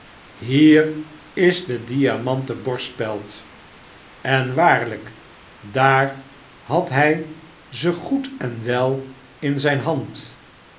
hier is de diamanten borstspeld en waarlyk daar had hy ze goed en wel in zyn hand